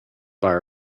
bar